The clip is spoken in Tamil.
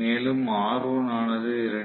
மேலும் R1 ஆனது 2